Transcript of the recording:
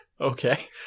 Okay